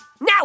Now